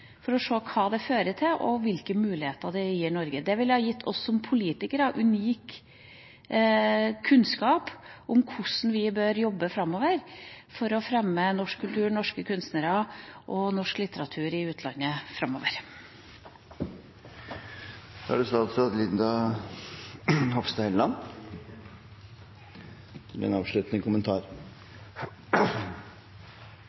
for å se hva det fører til, og hvilke muligheter det gir Norge. Det ville ha gitt oss som politikere unik kunnskap om hvordan vi bør jobbe for å fremme norsk kultur, norske kunstnere og norsk litteratur i utlandet framover. Den muligheten som ligger foran oss, kan vi også se på som en